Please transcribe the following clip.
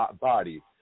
body